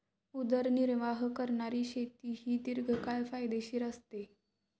उदरनिर्वाह करणारी शेती ही दीर्घकाळ फायदेशीर असते